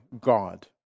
God